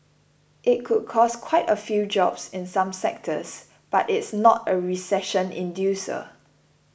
it could cost quite a few jobs in some sectors but it's not a recession inducer